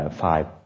five